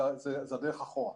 זו הדרך אחורה.